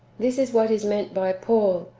this is what is meant by paul,